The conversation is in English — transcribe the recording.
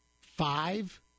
five